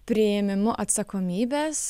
priėmimu atsakomybės